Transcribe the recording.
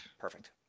Perfect